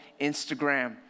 Instagram